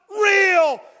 real